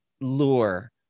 lure